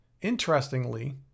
Interestingly